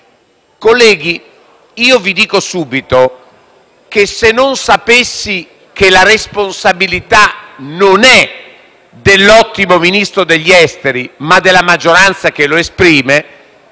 Ebbene, preciso subito che, se non sapessi che la responsabilità non è dell'ottimo Ministro degli affari esteri, ma della maggioranza che lo esprime,